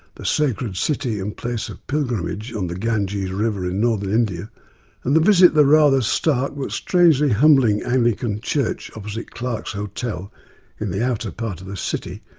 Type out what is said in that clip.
the sacred city and place of pilgrimage on the ganges river in northern india and visit the rather stark but strangely humbling anglican church opposite clarke's hotel in the outer part of the city,